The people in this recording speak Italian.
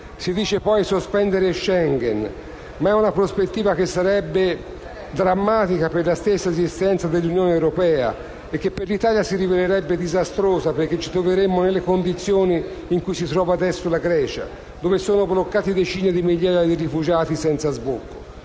Si dice poi di sospendere Schengen, ma è una prospettiva che sarebbe drammatica per la stessa esistenza dell'Unione europea e che per l'Italia si rivelerebbe disastrosa perché ci troveremmo nelle condizioni in cui si trova adesso la Grecia, dove sono bloccati decine di migliaia di rifugiati senza sbocco.